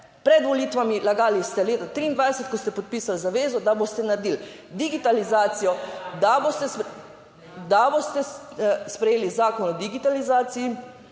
pred volitvami, lagali ste leta 2023, ko ste podpisali zavezo, da boste naredili digitalizacijo, da boste, da boste sprejeli Zakon o digitalizaciji,